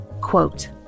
Quote